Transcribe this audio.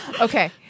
Okay